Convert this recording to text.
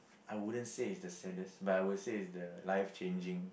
I wouldn't say it's the saddest but I would say it's the life changing